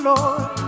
Lord